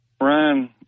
Ryan